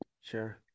Sure